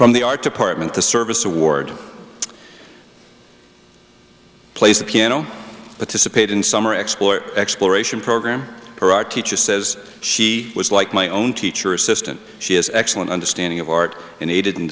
from the art department the service award plays the piano that dissipate in summer export exploration program or art teacher says she was like my own teacher assistant she has excellent understanding of art and aided and